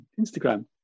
instagram